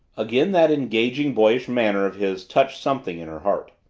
again that engaging, boyish manner of his touched something in her heart.